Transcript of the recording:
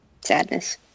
Sadness